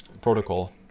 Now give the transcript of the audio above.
protocol